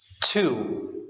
Two